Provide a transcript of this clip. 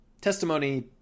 testimony